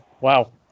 Wow